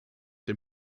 dem